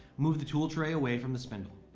move the tool tray away from the spindle.